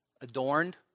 adorned